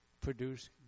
produce